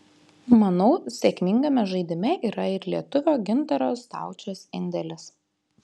manau sėkmingame žaidime yra ir lietuvio gintaro staučės indėlis